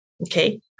Okay